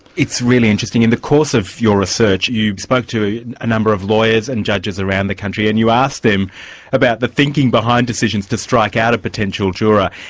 it's really interesting. in the course of your research, you spoke to a a number of lawyers and judges around the country, and you asked them about the thinking behind decisions to strike out a potential juror,